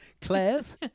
Claire's